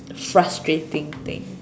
frustrating thing